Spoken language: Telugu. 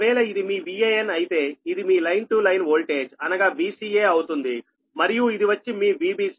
ఒకవేళ ఇది మీ Van అయితే ఇది మీ లైన్ టు లైన్ ఓల్టేజ్ అనగా Vca అవుతుంది మరియు ఇది వచ్చి మీ Vbc